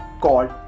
called